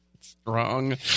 Strong